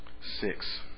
six